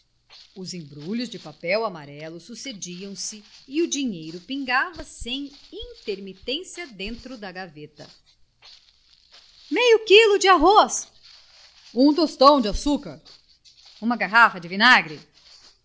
os embrulhos de papel amarelo sucediam-se e o dinheiro pingava sem intermitência dentro da gaveta meio quilo de arroz um tostão de açúcar uma garrafa de vinagre